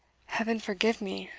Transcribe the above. heaven forgive me!